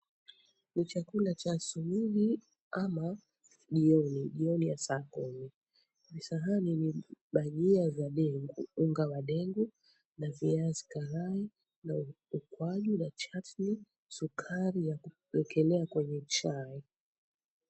Ni chakula cha asubuhi ama ama jioni. Jioni ya saa kumi. Ni sahani ni bajia za dengu , unga wa dengu na viazi karai na ukwaju na chatni, sukari yakuekelea kwenye chai.